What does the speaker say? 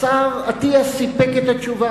השר אטיאס סיפק את התשובה.